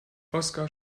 oskar